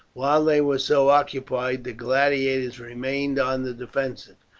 while they were so occupied the gladiators remained on the defensive.